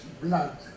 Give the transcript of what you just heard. blood